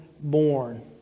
born